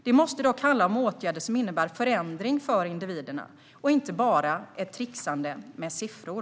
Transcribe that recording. Det måste dock handla om åtgärder som innebär förändring för individerna och inte bara ett trixande med siffror.